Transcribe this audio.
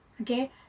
Okay